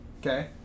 Okay